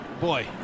boy